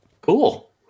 Cool